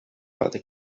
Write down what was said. other